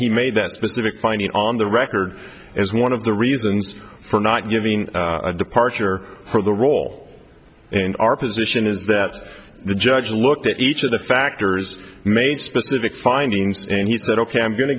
he made that specific finding on the record as one of the reasons for not giving a departure for the role and our position is that the judge looked at each of the factors made specific findings and he said ok i'm going to